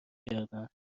کردن